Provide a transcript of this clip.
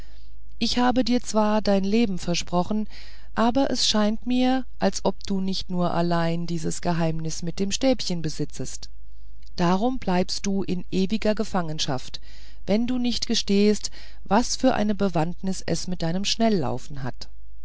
ich habe dir zwar dein leben versprochen aber es scheint mir als ob du nicht nur allein dieses geheimnis mit dem stäbchen besitzest darum bleibst du in ewiger gefangenschaft wenn du nicht gestehst was für eine bewandtnis es mit deinem schnellaufen hat